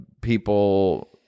people